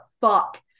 fuck